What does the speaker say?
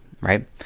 right